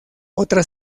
otra